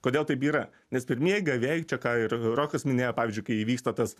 kodėl taip yra nes pirmieji gavėjai čia ką ir rokas minėjo pavyzdžiui kai įvyksta tas